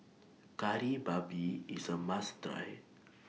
Kari Babi IS A must Try